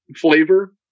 flavor